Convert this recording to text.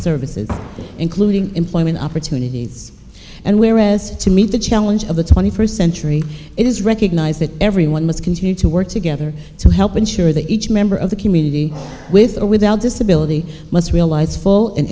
services including employment opportunities and whereas to meet the challenge of the twenty first century it is recognized that everyone must continue to work together to help ensure that each member of the community with or without disability must realize full an